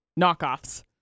knockoffs